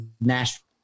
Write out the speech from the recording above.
national